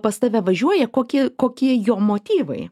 pas tave važiuoja kokie kokie jo motyvai